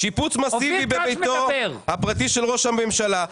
שיפוץ מסיבי בביתו הפרטי של ראש הממשלה.